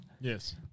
Yes